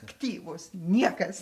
aktyvūs niekas